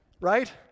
Right